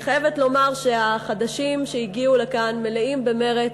אני חייבת לומר שהחדשים שהגיעו לכאן מלאים במרץ.